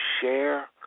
share